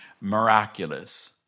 miraculous